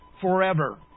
forever